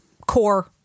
core